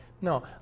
No